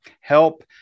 help